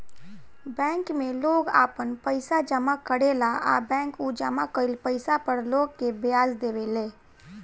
bank में लोग आपन पइसा जामा करेला आ बैंक उ जामा कईल पइसा पर लोग के ब्याज देवे ले